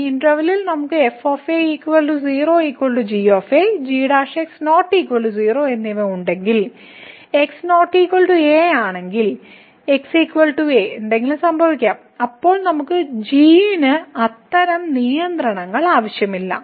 ഈ ഇന്റെർവെല്ലിൽ നമുക്ക് f 0 g g ≠ 0 എന്നിവ ഉണ്ടെങ്കിൽ x ≠ a ആണെങ്കിൽ x a എന്തെങ്കിലും സംഭവിക്കാം അപ്പോൾ നമുക്ക് g ന് അത്തരം നിയന്ത്രണങ്ങൾ ആവശ്യമില്ല